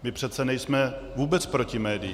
My přece nejsme vůbec proti médiím.